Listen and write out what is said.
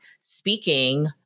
speaking